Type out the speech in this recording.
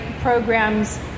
programs